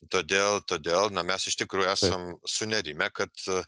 todėl todėl na mes iš tikrųjų esam sunerimę kad